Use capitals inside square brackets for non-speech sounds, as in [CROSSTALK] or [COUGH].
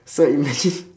so imagine [LAUGHS]